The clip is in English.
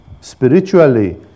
spiritually